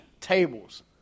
tables